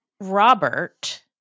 Robert